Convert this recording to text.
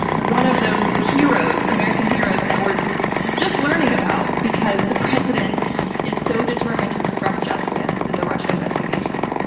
one of those heroes, american heroes that we're just learning about because the president is so determined to obstruct justice in the russia investigation.